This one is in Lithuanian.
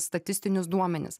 statistinius duomenis